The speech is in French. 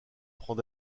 prend